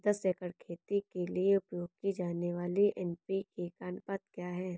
दस एकड़ खेती के लिए उपयोग की जाने वाली एन.पी.के का अनुपात क्या होगा?